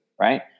right